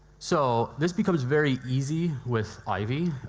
so, this becomes very easy with ivy.